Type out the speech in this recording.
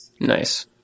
Nice